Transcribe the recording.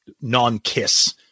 non-kiss